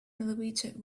elevator